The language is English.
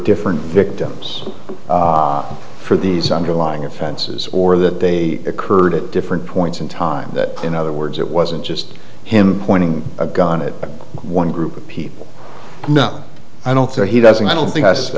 different victims for these underlying offenses or that they occurred at different points in time that in other words it wasn't just him pointing a gun it one group of people no i don't there he doesn't i don't think that just